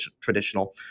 traditional